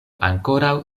ankoraŭ